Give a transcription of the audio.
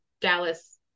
Dallas